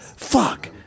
fuck